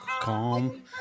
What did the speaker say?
Calm